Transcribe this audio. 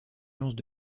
nuances